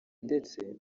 ndetse